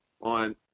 on